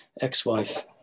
ex-wife